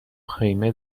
خیمه